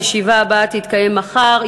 הישיבה הבאה תתקיים מחר,